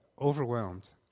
overwhelmed